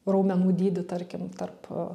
raumenų dydį tarkim tarp